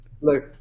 Look